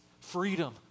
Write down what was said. Freedom